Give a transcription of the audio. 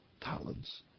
talents